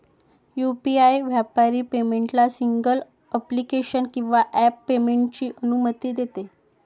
UPI व्यापारी पेमेंटला single application किंवा ॲप पेमेंटची अनुमती देते